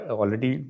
already